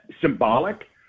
symbolic